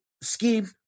scheme